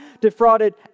defrauded